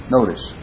Notice